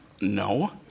no